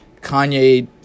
Kanye